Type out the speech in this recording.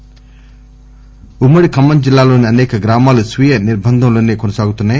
Khammam bite ఉమ్మ డి ఖమ్మం జిల్లాలోని అసేక గ్రామాలు స్వీయ నిర్భంధంలోనే కొనసాగుతున్నాయి